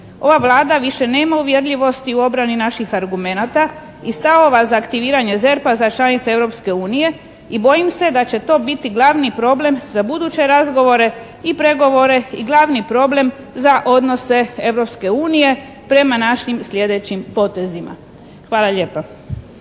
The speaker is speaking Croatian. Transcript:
Ova Vlada više nema uvjerljivosti u obrani naših argumenata i stavova za aktiviranje ZERP-a za članice Europske unije i bojim se da će to biti glavni problem za buduće razgovore i pregovore i glavni problem za odnose Europske unije prema našim sljedećim potezima. Hvala lijepa.